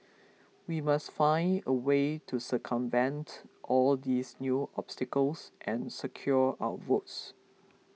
we must find a way to circumvent all these new obstacles and secure our votes